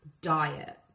diet